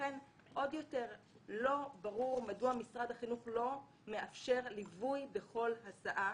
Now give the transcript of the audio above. לכן לא ברור מדוע משרד החינוך לא מאפשר ליווי בכל הסעה